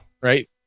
Right